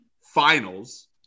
finals